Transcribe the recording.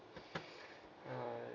uh